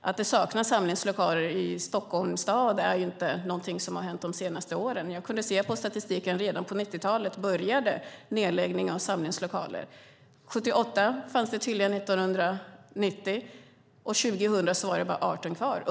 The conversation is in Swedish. Att det saknas samlingslokaler i Stockholms stad är inte någonting som har hänt de senaste åren. Jag har kunnat se i statistiken att nedläggningen av samlingslokaler började redan på 90-talet. År 1990 fanns det 78, och år 2000 var det bara 18 kvar.